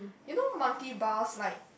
you know monkey bars like